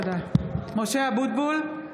(קוראת בשמות חברי הכנסת) משה אבוטבול,